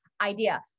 idea